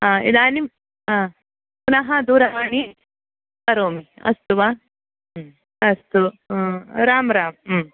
इदानीं पुनः दूरवाणीं करोमि अस्तु वा अस्तु रां रां